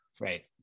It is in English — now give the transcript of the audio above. Right